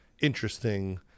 interesting